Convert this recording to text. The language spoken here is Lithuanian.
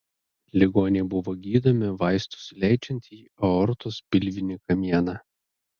ligoniai buvo gydomi vaistus suleidžiant į aortos pilvinį kamieną